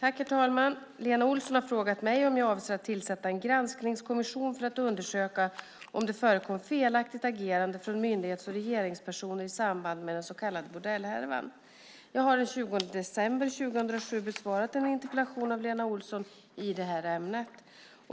Herr talman! Lena Olsson har frågat mig om jag avser att tillsätta en granskningskommission för att undersöka om det förekom felaktigt agerande från myndighets och regeringspersoner i samband med den så kallade bordellhärvan. Jag har den 20 december 2007 besvarat en interpellation av Lena Olsson i detta ämne.